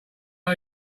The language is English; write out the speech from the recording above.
are